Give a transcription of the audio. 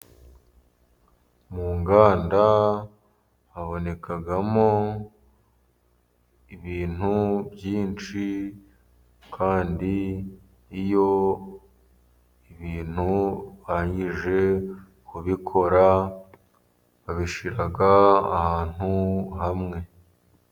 Mu nganda, habonekagamo ibintu byinshi, kandi iyo ibintu barangije kubikora babishyira ahantu hamwe.